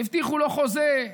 הבטיחו לו חוזה,